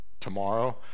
tomorrow